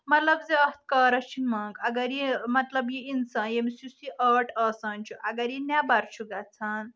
مطلب زِ اتھ کارس چھِ مانٛگ اگر یہِ مطلب یہِ انسان ییٚمِس یُس یہِ آٹ آسان چھُ اگر یہِ نٮ۪بر چھُ گژھان